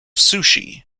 sushi